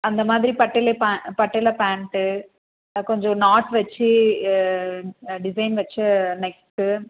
அந்தமாதிரி பட்டியாலா பட்டியாலா பேண்ட்டு அது கொஞ்சம் நாட் வெச்சி டிசைன் வெச்ச நெக்கு